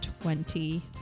Twenty